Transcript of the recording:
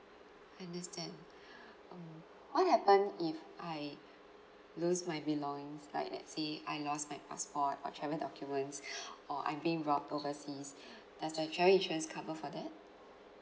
understand um what happen if I lose my belongings like let's say I lost my passport or travel documents or I'm being robbed overseas does the travel insurance cover for that